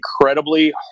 incredibly